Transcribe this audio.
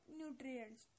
nutrients